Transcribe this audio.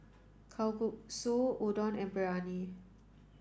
Kalguksu Udon and Biryani